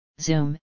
Zoom